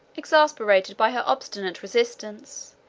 exasperated by her obstinate resistance,